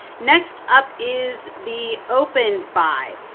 next up is the opened by.